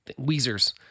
Weezers